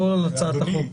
לא על הצעת החוק.